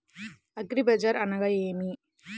అగ్రిబజార్ అనగా నేమి?